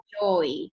joy